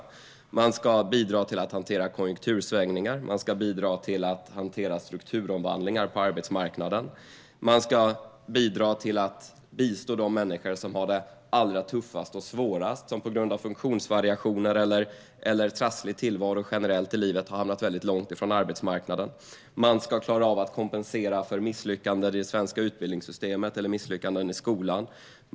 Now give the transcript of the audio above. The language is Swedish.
Arbetsförmedlingen ska bidra till att hantera konjunktursvängningar, strukturomvandlingar på arbetsmarknaden, bistå de människor som har det allra tuffast och svårast, som på grund av funktionsvariationer eller trasslig tillvaro generellt i livet har hamnat långt från arbetsmarknaden. Man ska klara av att kompensera för misslyckanden i det svenska utbildningssystemet eller i skolan.